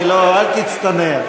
אני לא, אל תצטנע.